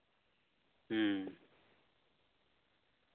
ᱦᱮᱸ